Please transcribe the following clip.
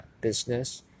business